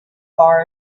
far